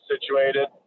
situated